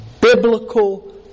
biblical